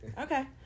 Okay